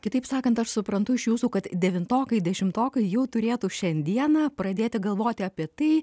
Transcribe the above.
kitaip sakant aš suprantu iš jūsų kad devintokai dešimtokai jau turėtų šiandiena pradėti galvoti apie tai